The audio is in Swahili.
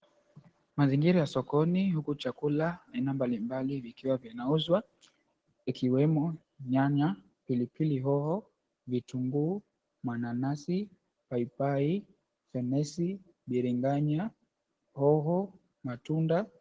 Mazingira ya sokoni huku chakula aina mbali mbali inauzwa ikiwemo nyanya, pilipili hoho, vitunguu, mananasi, paipai, fenesi, biringanya, hoho, matunda.